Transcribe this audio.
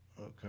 okay